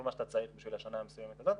מה שאתה צריך בשביל השנה המסוימת הזאת,